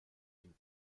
den